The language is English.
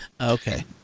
Okay